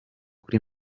kuri